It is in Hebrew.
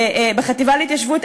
בחטיבה להתיישבות,